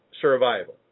survival